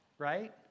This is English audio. Right